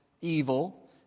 evil